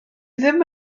ddim